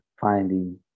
finding